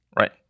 Right